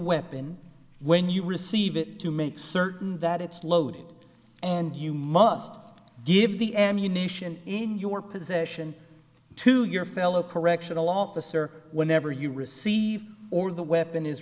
weapon when you receive it to make certain that it's loaded and you must give the ammunition in your possession to your fellow correctional officer whenever you receive or the weapon is